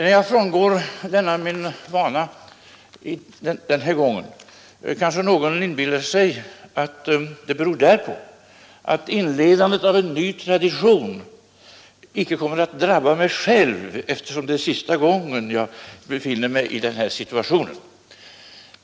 När jag nu frångår denna min vana vill någon kanske inbilla sig att det beror därpå att inledandet av en ny tradition icke kommer att drabba mig själv, eftersom det är sista gången jag befinner mig i den här situationen.